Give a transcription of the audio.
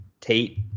Tate